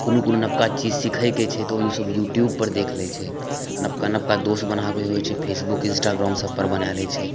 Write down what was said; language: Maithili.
कोनो कोनो नबका चीज सीखै के छै तँ ओसब यूट्यूब पर देख लए छै नबका नबका दोस्त बनाबै होइ छै फेसबुक इंस्टाग्राम सबपर बना लै छै